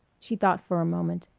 she thought for a moment.